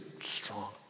strong